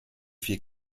vier